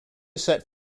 set